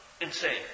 Insane